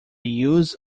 use